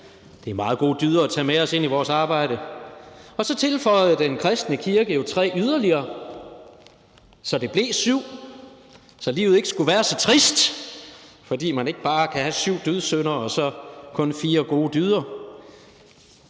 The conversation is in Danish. Det er meget gode dyder at tage med os ind i vores arbejde. Og så tilføjede den kristne kirke jo tre yderligere, så det blev til syv, så livet ikke skulle være så trist, altså så man ikke bare har syv dødssynder og så kun fire gode dyder.